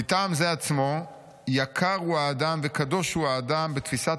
"ומטעם זה עצמו יקר הוא האדם וקדוש הוא האדם בתפיסת